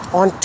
on